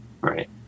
right